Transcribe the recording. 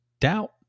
doubt